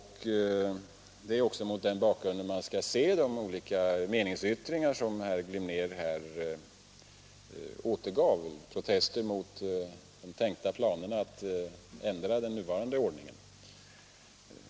Det är också mot den bakgrunden man skall se de olika meningsyttringar som herr Glimnér återgav — protester mot de tänkta planerna att ändra den nuvarande ordningen.